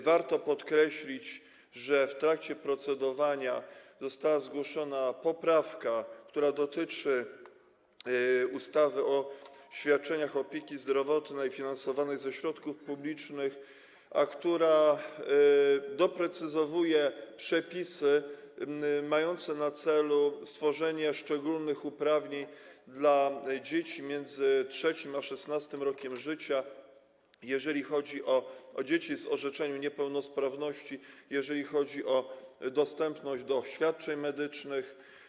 Warto podkreślić, że w trakcie procedowania została zgłoszona poprawka, która dotyczy ustawy o świadczeniach opieki zdrowotnej finansowanych ze środków publicznych, a która doprecyzowuje przepisy mające na celu stworzenie szczególnych uprawnień dla dzieci między 3. a 16. rokiem życia, jeżeli chodzi o dzieci z orzeczeniem niepełnosprawności, jeżeli chodzi o dostęp do świadczeń medycznych.